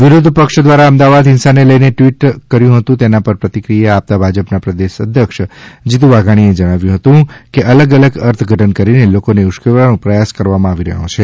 વિરોધપક્ષ દ્વારા અમદાવાદ હિંસાને લઇને ટ્વીટ કર્યું હતું તેના પર પ્રતિક્રીયા આપતાભાજપના પ્રદેશ અધ્યક્ષ જીતુ વાઘાણીએ જણાવ્યું હતું કે અલગ અલગ અર્થ ઘટન કરીને લોકોને ઉશ્કેરવાનો પ્રયાસ કરવામાંઆવી રહ્યો છે